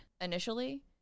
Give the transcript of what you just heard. initially